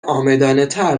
عامدانهتر